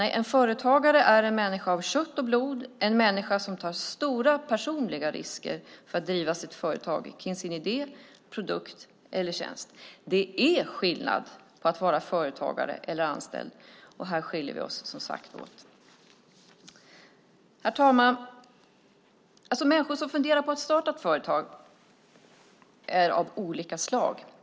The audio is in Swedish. Nej, en företagare är en människa av kött och blod, en människa som tar stora personliga risker för att driva sitt företag med en idé, produkt eller tjänst. Det är skillnad på att vara företagare och anställd. Här skiljer vi oss som sagt åt. Herr talman! Människor som funderar på att starta ett företag är av olika slag.